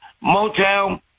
Motel